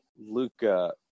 Luca